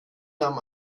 nahm